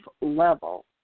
level